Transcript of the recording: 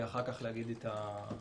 אחר כך להגיד את הפרטים.